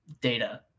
data